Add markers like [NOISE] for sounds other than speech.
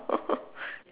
[LAUGHS]